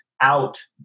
out